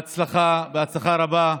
הצלחה, הצלחה רבה.